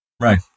right